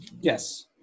Yes